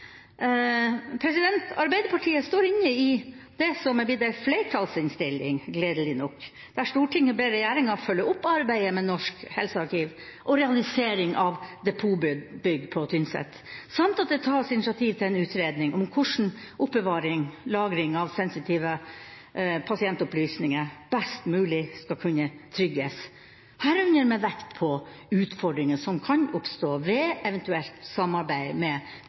Arbeiderpartiet står inne i det som er blitt en flertallsinnstilling, gledelig nok, der Stortinget ber regjeringa følge opp arbeidet med Norsk helsearkiv og realisering av depotbygg på Tynset, samt at det tas initiativ til en utredning om hvordan oppbevaring/lagring av sensitive pasientopplysninger best mulig skal kunne trygges, herunder med vekt på utfordringer som kan oppstå ved eventuelt samarbeid med